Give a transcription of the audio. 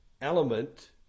element